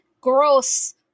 gross